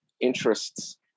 interests